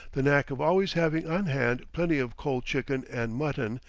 the knack of always having on hand plenty of cold chicken and mutton,